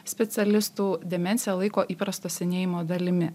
specialistų demenciją laiko įprasto senėjimo dalimi